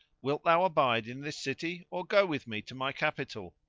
wilt thou abide in this city or go with me to my capital?